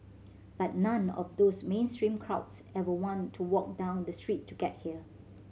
but none of those mainstream crowds ever want to walk down the street to get here